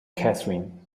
catherine